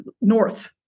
north